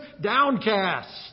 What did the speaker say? downcast